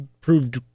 proved